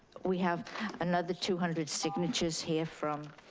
we have another two hundred signatures here from.